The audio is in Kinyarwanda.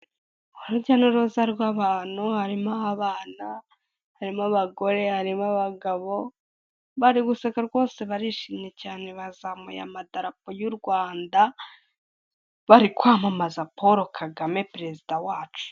Urujya n'uruza rw'abantu harimo abana harimo abagore harimo abagabo bari guseka rwose barishimye cyane, bazamuye ama darapo y'u rwanda bari kwamamaza Paul Kagame perezida wacu.